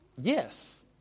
yes